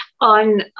on